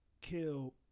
kill